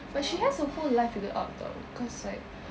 but she has her whole life figured out [tau] cause like